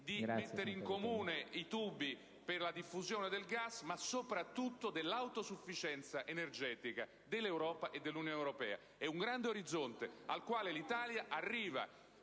di mettere in comune i tubi per la diffusione del gas, ma, soprattutto, dell'autosufficienza energetica dell'Europa e dell'Unione europea. È un grande orizzonte al quale l'Italia arriva